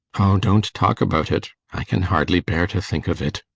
don't talk about it! i can hardly bear to think of it.